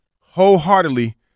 wholeheartedly